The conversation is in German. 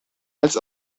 als